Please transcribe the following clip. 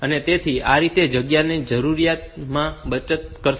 તેથી આ રીતે તે જગ્યાની જરૂરિયાતમાં બચત કરશે